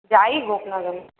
যাই হোক না কেন